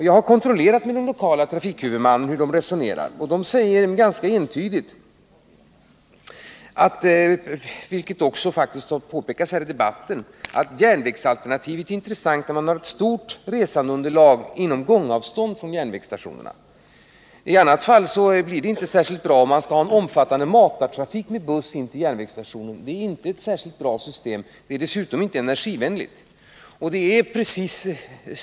Jag har kontrollerat hur den lokala trafikhuvudmannen resonerar, och därifrån sägs ganska entydigt, vilket också har påpekats här i debatten, att järnvägsalternativet är intressant när man har ett stort resandeunderlag inom gångavstånd från järnvägsstationerna. I annat fall måste man ha en omfattande trafik med matarbuss till järnvägsstationerna, och det är inte ett bra system. Det är dessutom inte energivänligt.